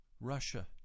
Russia